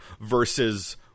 versus